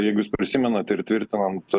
jeigu jūs prisimenat ir tvirtinant